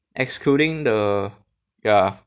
excluding the ya